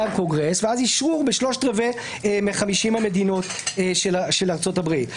הקונגרס ואז אשרור בשלושת-רבעי מ-50 המדינות של ארצות הברית.